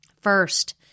First